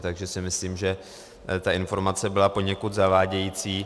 Takže si myslím, že ta informace byla poněkud zavádějící.